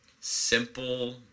Simple